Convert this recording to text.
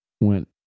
Went